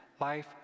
life